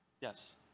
yes